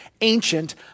ancient